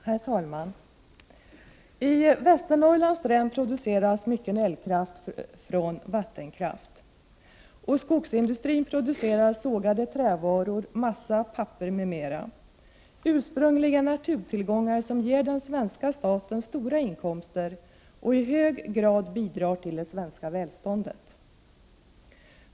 Herr talman! I Västernorrlands län produceras mycken elkraft från vattenkraft, och skogsindustrin producerar sågade trävaror, massa, papper m.m. — ursprungligen naturtillgångar som har gett den svenska staten stora inkomster och som i hög grad har bidragit till det svenska välståndet.